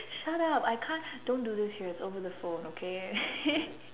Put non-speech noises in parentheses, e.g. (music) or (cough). shut up I can't don't do this here over the phone okay (laughs)